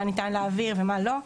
מה ניתן להעביר ומה לא.